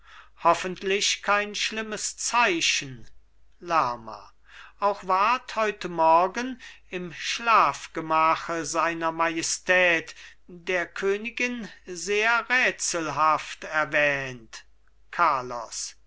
hoffentlich kein schlimmes zeichen lerma auch ward heute morgen im schlafgemache seiner majestät der königin sehr rätselhaft erwähnt carlos